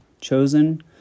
Chosen